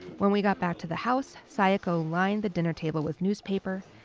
when we got back to the house, sayoko lined the dinner table with newspaper,